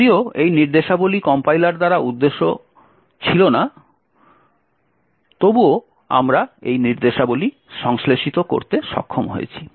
যদিও এই নির্দেশাবলী কম্পাইলার দ্বারা করা উদ্দেশ্য ছিল না তবুও আমরা এই নির্দেশাবলী সংশ্লেষিত করতে সক্ষম হয়েছি